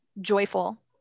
joyful